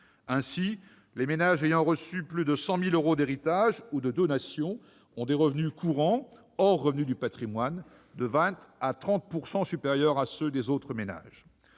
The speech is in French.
Ainsi, les ménages ayant reçu plus de 100 000 euros d'héritage ou de donation ont des revenus courants, hors revenus du patrimoine, de 20 % à 30 % supérieurs à ceux des autres ménages.